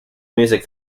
music